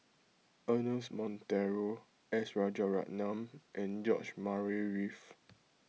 Ernest Monteiro S Rajaratnam and George Murray Reith